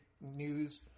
news